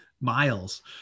miles